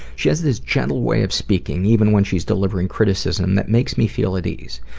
she has this gentle way of speaking even when she's delivering criticism that makes me feel at ease.